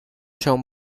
shown